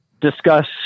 discuss